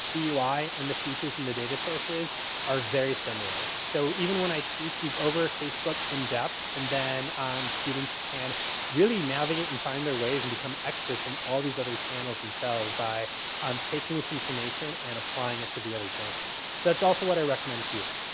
the ui and the features and the data sources are very similar. so, even when i teach week over facebook in depth and then students can really navigate and find their ways and become experts on all these other channels themselves by um taking this information and applying it to the other channels. so, that's also what i recommend to you.